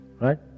right